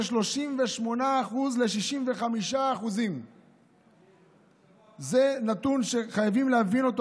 38% 65%. זה נתון שחייבים להבין אותו,